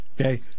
Okay